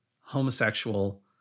homosexual